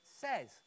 says